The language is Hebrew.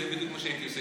זה בדיוק מה שהייתי עושה,